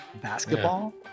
basketball